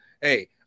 hey